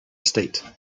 state